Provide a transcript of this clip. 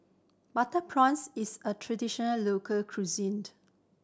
butter prawns is a traditional local cuisine